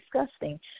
disgusting